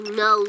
no